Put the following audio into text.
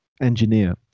engineer